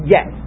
Yes